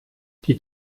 die